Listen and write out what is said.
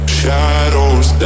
shadows